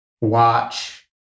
watch